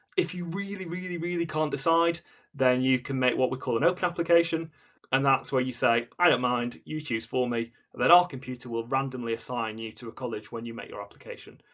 if you really, really really can't decide then you can make what we call an open application and that's where you say i don't mind you choose for me and then our computer will randomly assign you to a college when you make your application.